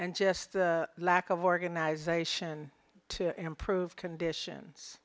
and just the lack of organization to improve conditions